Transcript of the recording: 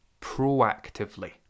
proactively